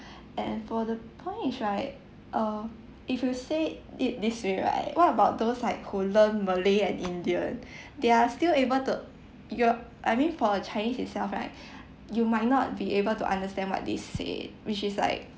and for the point is right uh if you say it this way right what about those like who learn malay and indian they are still able to you know I mean for a chinese itself right you might not be able to understand what they say which is like